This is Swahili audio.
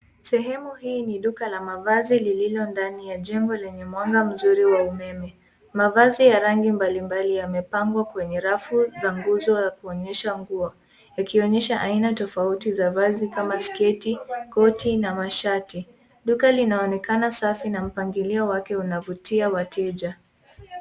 Sehemu hii ni duka la mavazi lililo ndani ya jengo lenye mwanga mzuri wa umeme. Mavazi ya rangi mbalimbali yamepangwa kwenye rafu za nguzo ya kuonyesha nguo, yakionyesha aina tofauti za vazi kama sketi, koti na mashati. Duka linaonekana safi na mpangilio wake unavutia wateja.